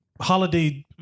holiday